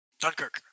Dunkirk